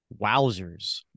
Wowzers